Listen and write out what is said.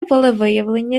волевиявлення